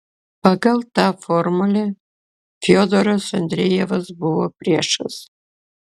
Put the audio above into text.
pagal tą formulę fiodoras andrejevas buvo priešas